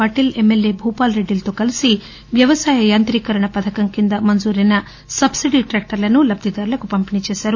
Patil MLA Bhupal Reddy లతో కలసి వ్యవసాయ యాంత్రీకరణ పథకం కింద మంజూరైన సబ్బిడీ ట్రాక్టర్లను లబ్దిదారులకు పంపిణీ చేశారు